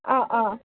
অঁ অঁ